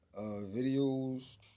Videos